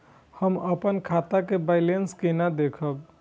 हम अपन खाता के बैलेंस केना देखब?